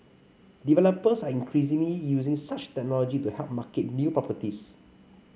developers are increasingly using such technology to help market new properties